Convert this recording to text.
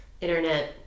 internet